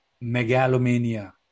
megalomania